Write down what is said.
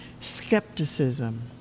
skepticism